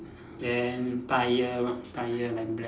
then tyre tyre like black